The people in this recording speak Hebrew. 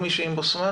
יהודה איש שלום,